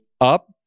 up